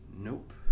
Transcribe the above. Nope